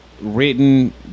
written